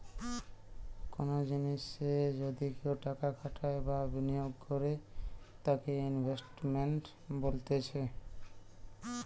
কোনো জিনিসে যদি কেও টাকা খাটাই বা বিনিয়োগ করে তাকে ইনভেস্টমেন্ট বলতিছে